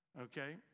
Okay